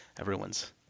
everyone's